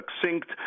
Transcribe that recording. succinct